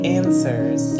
answers